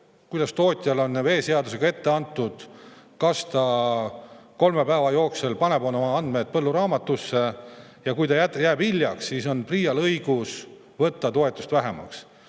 kuidas tootjale on veeseadusega ette antud, paneb ta [kümne] päeva jooksul oma andmed põlluraamatusse, ja kui ta jääb hiljaks, siis on PRIA‑l õigus võtta toetust vähemaks.